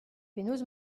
penaos